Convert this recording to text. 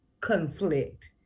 conflict